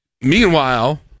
Meanwhile